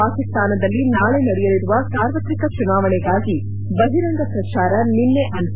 ಪಾಕಿಸ್ತಾನದಲ್ಲಿ ನಾಳೆ ನಡೆಯಲಿರುವ ಸಾರ್ವತ್ರಿಕ ಚುನಾವಣೆಗಾಗಿ ಬಹಿರಂಗ ಪ್ರಚಾರ ನಿನ್ನೆ ಅಂತ್ಯ